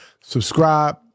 subscribe